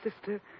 sister